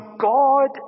God